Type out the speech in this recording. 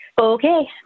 Okay